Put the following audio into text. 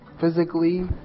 physically